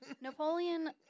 Napoleon